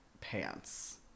pants